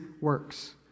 works